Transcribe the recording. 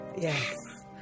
Yes